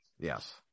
yes